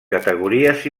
categories